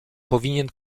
powinien